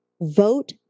vote